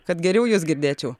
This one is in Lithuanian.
kad geriau jus girdėčiau